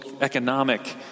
economic